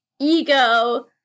ego